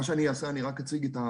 במעמד זה אני מבקש לברך את ראש